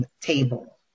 table